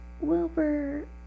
Wilbur